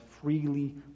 freely